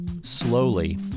slowly